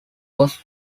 was